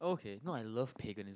okay not I love Pegan's